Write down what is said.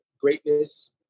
greatness